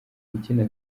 ukina